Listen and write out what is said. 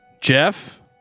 Jeff